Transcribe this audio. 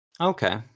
Okay